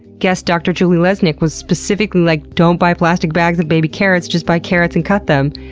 guest dr. julie lesnik was specifically like, don't buy plastic bags of baby carrots. just buy carrots and cut them.